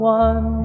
one